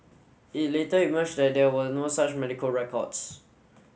it later emerged that there were no such medical records